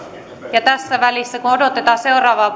ja tässä välissä kun odotetaan seuraavaa